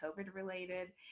COVID-related